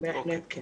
בהחלט כן.